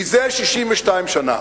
זה 62 שנה.